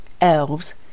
elves